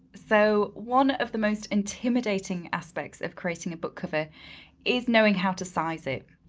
so one of the most intimidating aspects of creating a book cover is knowing how to size it.